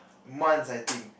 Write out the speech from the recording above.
months I think